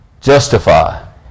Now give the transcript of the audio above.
Justify